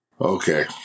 okay